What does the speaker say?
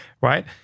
right